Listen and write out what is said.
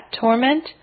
torment